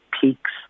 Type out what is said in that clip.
peaks